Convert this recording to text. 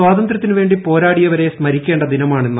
സ്വാതന്ത്രൃത്തിന് വേണ്ടി പോരാടിയവരെ സ്മരിക്കേണ്ട ദിനമാണ് ഇന്ന്